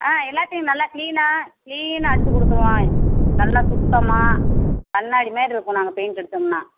ஆ எல்லாத்தையும் நல்லா க்ளீனாக க்ளீனாக அடித்து கொடுத்துடுவேன் நல்லா சுத்தமாக கண்ணாடி மாரி இருக்கும் நாங்கள் பெயிண்ட் அடித்தோம்னா